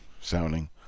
sounding